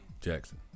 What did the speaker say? Jackson